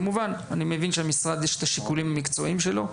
כמובן אני מבין שהמשרד יש את השיקולים המקצועיים שלו,